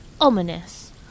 ominous